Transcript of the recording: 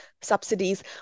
subsidies